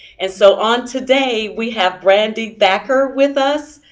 and so, on today, we have brandi thacker with us.